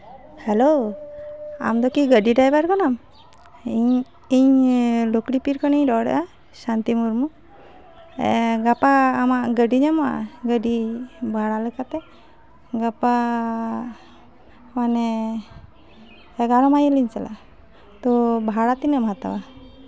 hello ᱟᱢᱫᱚ ᱠᱤ ᱜᱟᱹᱰᱤ ᱰᱨᱟᱭᱵᱷᱟᱨ ᱠᱟᱱᱟᱢ ᱤᱧ ᱤᱧ ᱞᱩᱠᱲᱤ ᱛᱤᱨ ᱠᱷᱚᱱᱤᱧ ᱨᱚᱲᱫᱟ ᱥᱟᱱᱛᱤ ᱢᱩᱨᱢᱩ ᱜᱟᱯᱟ ᱟᱢᱟᱜ ᱜᱟᱹᱰᱤ ᱧᱟᱢᱚᱜᱼᱟ ᱜᱟᱹᱰᱤ ᱵᱷᱟᱲᱟ ᱞᱮᱠᱟᱛᱮ ᱜᱟᱯᱟ ᱢᱟᱱᱮ ᱮᱜᱟᱨᱳ ᱢᱟᱭᱤᱞ ᱤᱧ ᱪᱟᱞᱟᱜᱼᱟ ᱛᱚ ᱵᱷᱟᱲᱟ ᱛᱤᱱᱟᱹᱜ ᱮᱢ ᱦᱟᱛᱟᱣᱟ